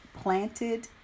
planted